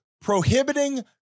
prohibiting